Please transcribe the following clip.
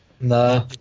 No